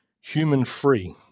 human-free